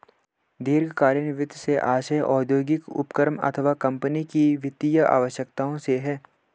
दीर्घकालीन वित्त से आशय औद्योगिक उपक्रम अथवा कम्पनी की वित्तीय आवश्यकताओं से है